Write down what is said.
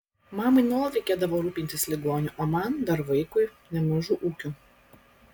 mamai nuolat reikėdavo rūpintis ligoniu o man dar vaikui nemažu ūkiu